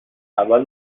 اول